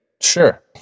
Sure